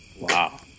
Wow